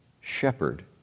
shepherd